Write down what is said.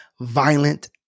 violent